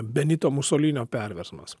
benito musolinio perversmas